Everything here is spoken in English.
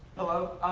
hello.